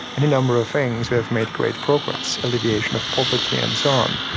any number of things, we have made great progress, alleviation of poverty and so on.